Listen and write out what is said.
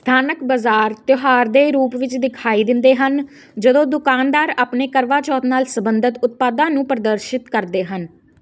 ਸਥਾਨਕ ਬਾਜ਼ਾਰ ਤਿਉਹਾਰ ਦੇ ਰੂਪ ਵਿੱਚ ਦਿਖਾਈ ਦਿੰਦੇ ਹਨ ਜਦੋਂ ਦੁਕਾਨਦਾਰ ਆਪਣੇ ਕਰਵਾ ਚੌਥ ਨਾਲ ਸੰਬੰਧਿਤ ਉਤਪਾਦਾਂ ਨੂੰ ਪ੍ਰਦਰਸ਼ਿਤ ਕਰਦੇ ਹਨ